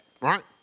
right